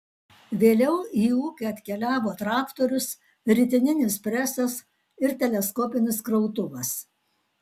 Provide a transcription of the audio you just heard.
vėliau į ūkį atkeliavo traktorius ritininis presas ir teleskopinis krautuvas